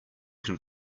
can